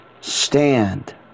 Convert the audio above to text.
stand